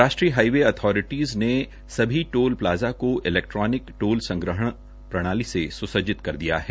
राष्ट्रीय highway authority ने सभी टोल प्लाजा को इलैक्ट्रोनिक टोल संग्रह प्रणाली से सुसज्जित कर दिया है